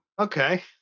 okay